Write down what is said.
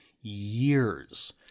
Years